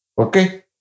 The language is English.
Okay